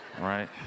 right